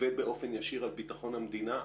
ובאופן ישיר על ביטחון המדינה,